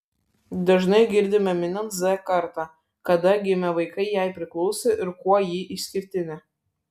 dažnai girdime minint z kartą kada gimę vaikai jai priklauso ir kuo ji išskirtinė